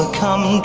come